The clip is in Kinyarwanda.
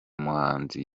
muhanzi